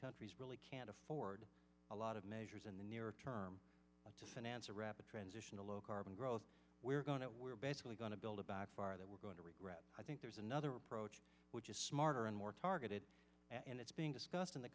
countries really can't afford a lot of measures in the near term to finance a rapid transition to low carbon growth we're going to we're basically going to build a back fire that we're going to regret i think there's another approach which is smarter and more targeted and it's being discussed in the